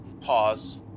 Pause